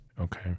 Okay